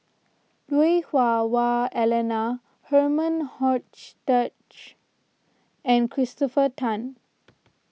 Lui Hah Wah Elena Herman Hochstadt and Christopher Tan